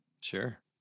Sure